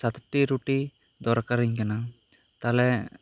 ᱥᱟᱛ ᱴᱤᱡ ᱨᱩᱴᱤ ᱫᱚᱨᱠᱟᱨᱤᱧ ᱠᱟᱱᱟ ᱛᱟᱦᱚᱞᱮ